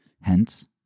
Hence